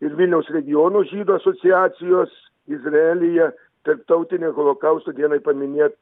ir vilniaus regionų žydų asociacijos izraelyje tarptautinė holokausto dienai paminėt